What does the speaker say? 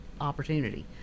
opportunity